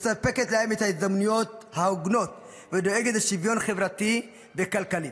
מספקת להם את ההזדמנויות ההוגנות ודואגת לשוויון חברתי וכלכלי.